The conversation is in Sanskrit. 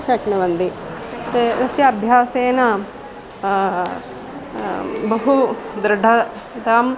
शक्नुवन्ति ते तस्य अभ्यासेन बहु दृढताम्